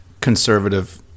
conservative